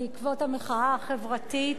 בעקבות המחאה החברתית,